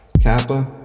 kappa